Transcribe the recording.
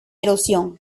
erosión